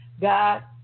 God